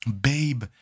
Babe